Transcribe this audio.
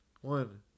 One